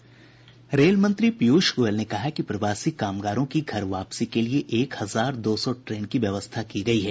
rail मंत्री पीयूष गोयल ने कहा है कि प्रवासी कामगारों की घर वापसी के लिए एक हजार दो सौ ट्रेन की व्यवस्था की गयी है